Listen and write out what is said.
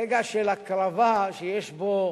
רגע של הקרבה, שיש בו